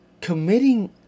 committing